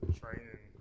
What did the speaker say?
training